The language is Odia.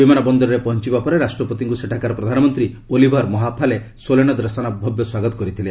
ବିମାନବନ୍ଦରରେ ପହଞ୍ଚିବା ପରେ ରାଷ୍ଟ୍ରପତିଙ୍କୁ ସେଠାକାର ପ୍ରଧାନମନ୍ତ୍ରୀ ଓଲିଭର୍ ମହାଫାଲେ ସୋଲୋନାଦ୍ରସାନା ଭବ୍ୟ ସ୍ୱାଗତ କରିଥିଲେ